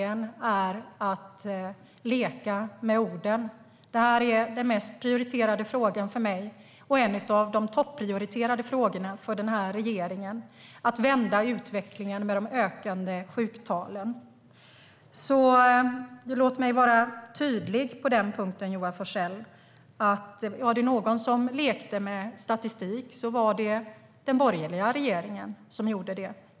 Att vända utvecklingen med de ökande sjuktalen är en av de mest prioriterade frågorna för mig och en av de topprioriterade frågorna för regeringen. Låt mig vara tydlig på den punkten, Johan Forssell, att om det var någon som lekte med statistik var det den borgerliga regeringen.